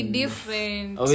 different